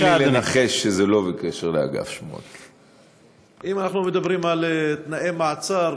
תן לי לנחש שזה לא על אגף 8. אם אנחנו מדברים על תנאי מעצר,